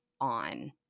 on